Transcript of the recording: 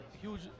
huge